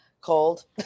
Cold